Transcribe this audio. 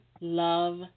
love